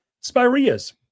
Spireas